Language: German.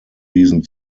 diesen